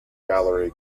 gallery